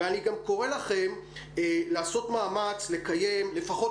ואני גם קורא לכם לעשות מאמץ לקיים לפחות